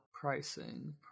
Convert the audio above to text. Pricing